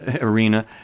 arena